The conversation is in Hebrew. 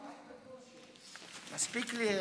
לא, רק בקושי, מספיק לי התפקיד.